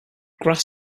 grass